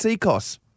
costs